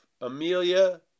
Amelia